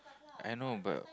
I know but